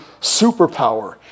superpower